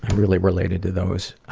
really related to those.